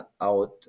out